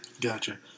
Gotcha